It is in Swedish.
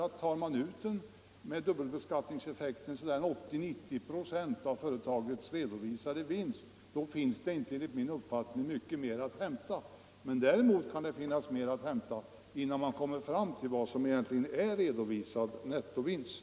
Tar man med dubbelbeskattningseffekten ut omkring 80-90 96 av företagets redovisade vinst, finns det inte enligt min uppfattning mycket mer att hämta. Däremot kan det finnas mer att ta ut innan man kommer fram till vad som egentligen är redovisad nettovinst.